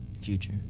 future